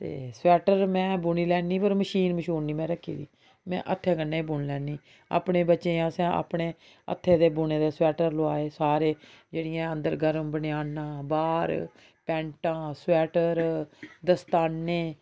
ते स्वैटर में बुनी लैन्नी पर मशीन मशून निं में रक्खी दी में हत्थें कन्नै बी बुनी लैन्नी अपने बच्चें ई असें अपने हत्थें दे बुने दे स्वैटर लोआए सारे जेह्डियां अंदर गर्म बनेआन्नां बाह्र पैंटां स्वैटर दस्ताने